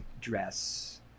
dress